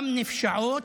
גם נפשעות,